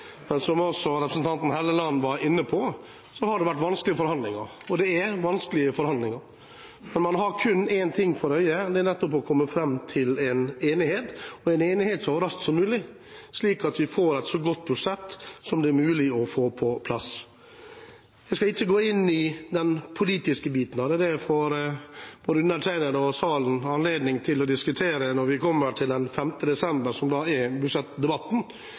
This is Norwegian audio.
Som også representanten Helleland var inne på, har det vært vanskelige forhandlinger, og det er vanskelige forhandlinger. Man har kun én ting for øye, og det er nettopp å komme fram til en enighet, en enighet så raskt som mulig, slik at vi får et så godt budsjett som det er mulig å få på plass. Jeg skal ikke gå inn i den politiske biten av det, det får undertegnede og salen anledning til å diskutere når vi kommer til den 5. desember. Da er budsjettdebatten,